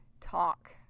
talk